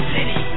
City